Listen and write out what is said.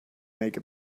make